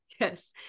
yes